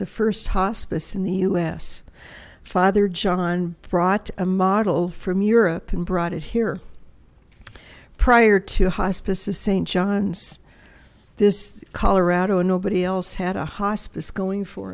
the first hospice in the us father john brought a model from europe and brought it here prior to the hospice of st john's this colorado and nobody else had a hospice going for